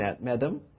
madam